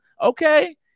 okay